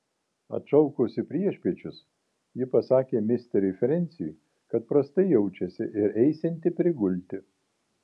atšaukusi priešpiečius ji pasakė misteriui frensiui kad prastai jaučiasi ir eisianti prigulti